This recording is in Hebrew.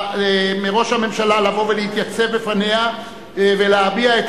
מראש הממשלה לבוא ולהתייצב בפניה ולהביע את